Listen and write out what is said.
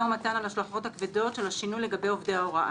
ומתן על ההשלכות הכבדות של השינוי לגבי עובדי ההוראה.